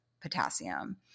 potassium